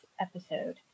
episode